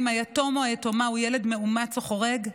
אם היתום או היתומה הוא ילד מאומץ או חורג,